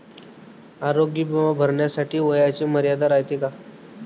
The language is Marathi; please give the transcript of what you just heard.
आरोग्य बिमा भरासाठी वयाची मर्यादा रायते काय?